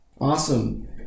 awesome